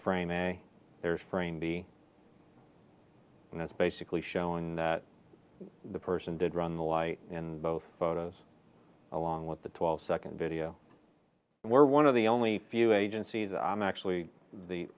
frame in their frame the and that's basically showing that the person did run the light in both photos along with the twelve second video where one of the only few agencies i'm actually the